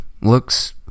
looks